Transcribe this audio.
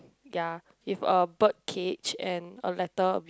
ya with a bird cage and a letter